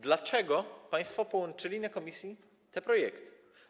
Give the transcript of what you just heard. Dlaczego państwo połączyli w komisji te projekty?